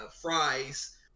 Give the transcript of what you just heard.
fries